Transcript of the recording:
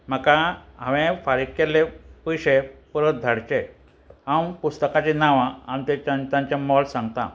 म्हाका हांवें फारीक केल्ले पयशे परत धाडचे हांव पुस्तकांचीं नांवां आनी तेंच्या तांचें मोल सांगतां